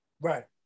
Right